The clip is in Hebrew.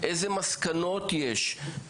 איזה מסקנות יש?